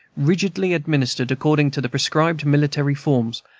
rigidly administered according to the prescribed military forms,